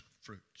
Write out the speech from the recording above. fruits